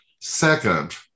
Second